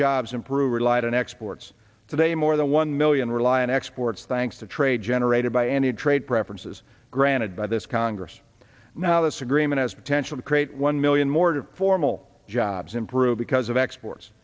relied on exports today more than one million rely on exports thanks to trade generated by any trade preferences granted by this congress now this agreement as a potential to create one million more formal jobs improve because of exports